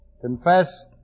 confess